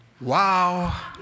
wow